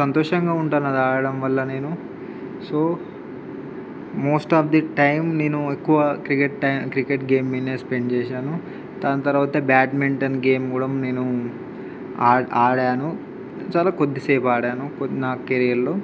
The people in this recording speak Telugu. సంతోషంగా ఉంటాను అది ఆడడం వల్ల నేను so most of the time నేను ఎక్కువ క్రికెట్ టై క్రికెట్ గేమ్ మీద స్పెండ్ చేసాను దాని తర్వాత బ్యాడ్మింటన్ గేమ్ కూడా నేను ఆ ఆడాను చాలా కొద్దిసేపు ఆడాను నా కెరియర్లో